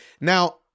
now